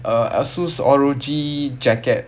asus R_O_G jacket